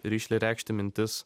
rišliai reikšti mintis